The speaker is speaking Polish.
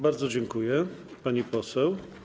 Bardzo dziękuję, pani poseł.